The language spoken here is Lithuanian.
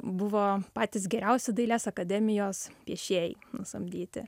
buvo patys geriausi dailės akademijos piešėjai nusamdyti